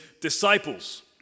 disciples